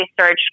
research